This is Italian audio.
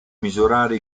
misurare